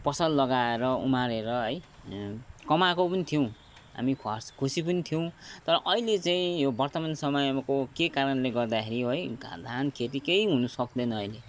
पसल लगाएर उमारेर है कमाएको पनि थियौँ हामी ख्वास खुसी पनि थियौँ तर अहिले चाहिँ यो वर्तमान समयमा को के कारणले गर्दाखेरि है धा धान खेती केही हुनु सक्दैन अहिले